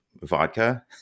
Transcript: vodka